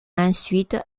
ensuite